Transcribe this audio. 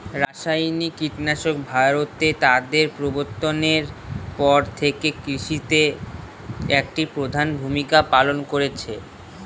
রাসায়নিক কীটনাশক ভারতে তাদের প্রবর্তনের পর থেকে কৃষিতে একটি প্রধান ভূমিকা পালন করেছে